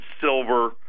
silver